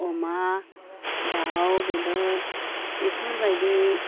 अमा दाउ बेदर बेफोरबायदि